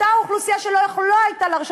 אותה אוכלוסייה שלא הייתה יכולה להרשות